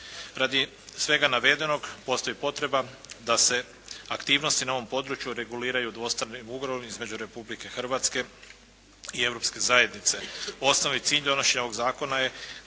Radi svega navedenog postoji potreba da se aktivnosti na ovom području reguliraju dvostranim ugovorom između Republike Hrvatske i Europske zajednice. Osnovni cilj ovoga zakona je